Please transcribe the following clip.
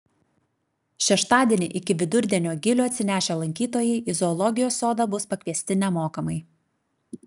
šeštadienį iki vidurdienio gilių atsinešę lankytojai į zoologijos sodą bus pakviesti nemokamai